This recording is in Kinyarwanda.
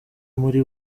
muri